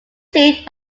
seed